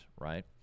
right